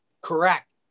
Correct